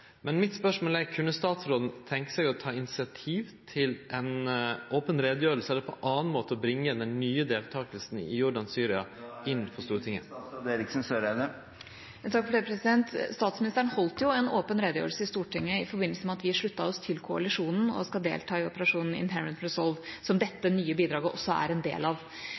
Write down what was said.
men spørsmålet mitt er: Kunne statsråden tenkje seg å ta initiativ til ei open utgreiing eller på annan måte bringe den nye deltakinga i Jordan og Syria inn for Stortinget? Statsministeren holdt en åpen redegjørelse i Stortinget i forbindelse med at vi sluttet oss til koalisjonen og skal delta i Operation Inherent Resolve, som dette nye bidraget også er en del av.